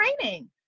training